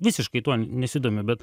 visiškai tuo nesidomiu bet